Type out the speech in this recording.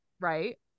Right